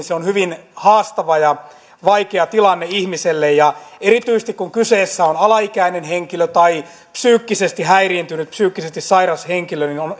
se on hyvin haastava ja vaikea tilanne ihmiselle ja erityisesti kun kyseessä on alaikäinen henkilö tai psyykkisesti häiriintynyt psyykkisesti sairas henkilö on